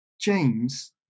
James